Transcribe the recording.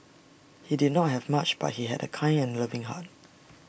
he did not have much but he had A kind and loving heart